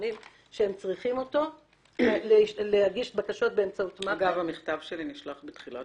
בהם --- אגב, המכתב שלי נשלח בתחילת